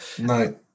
no